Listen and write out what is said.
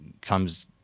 comes